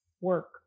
work